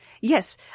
Yes